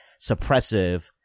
suppressive